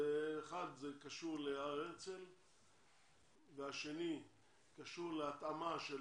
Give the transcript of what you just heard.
האחד קשור להר הרצל והשני קשור להתאמה של